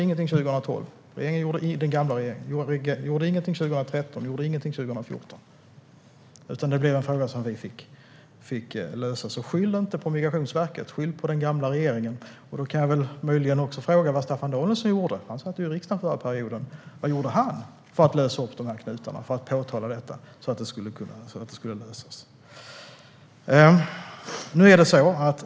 Den gamla regeringen gjorde ingenting - inte 2012, 2013 eller 2014. Det blev en fråga som vi fick lösa. Skyll inte på Migrationsverket! Skyll på den gamla regeringen! Jag kan väl möjligen fråga vad Staffan Danielsson gjorde för att lösa upp de här knutarna eller för att påtala detta? Han satt ju i riksdagen förra mandatperioden.